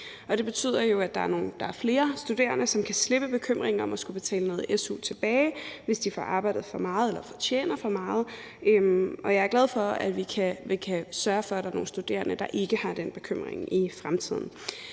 det betyder jo, at der er flere studerende, som kan slippe bekymringen om at skulle betale noget su tilbage, hvis de har arbejdet for meget eller tjent for meget. Og jeg er glad for, at vi kan sørge for, at der er nogle studerende, der ikke har den bekymring i fremtiden.